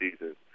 season